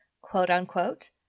quote-unquote